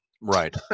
Right